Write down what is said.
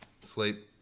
sleep